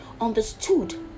understood